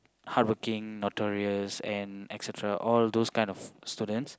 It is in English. hardworking notorious and et-cetera all those kind of students